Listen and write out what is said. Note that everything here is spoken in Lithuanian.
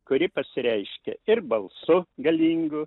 kuri pasireiškia ir balsu galingu